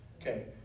Okay